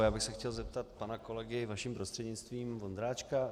Já bych se chtěl zeptat pana kolegy, vaším prostřednictvím, Vondráčka.